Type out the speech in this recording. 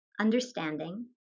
understanding